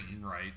Right